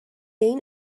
این